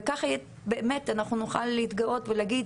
וככה באמת אנחנו נוכל להתגאות ולהגיד,